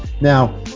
Now